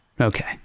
Okay